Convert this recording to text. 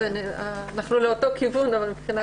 אנחנו באותו כיוון, רק מבחינת הניסוח.